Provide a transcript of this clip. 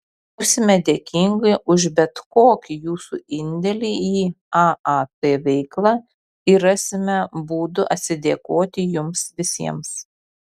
būsime dėkingi už bet kokį jūsų indėlį į aat veiklą ir rasime būdų atsidėkoti jums visiems